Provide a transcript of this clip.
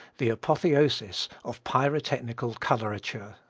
the apotheosis of pyrotechnical colorature.